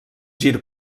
gir